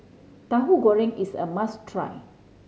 Tahu Goreng is a must try